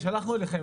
שלחנו אליכם.